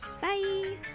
Bye